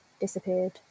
disappeared